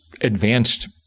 advanced